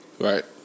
Right